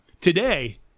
today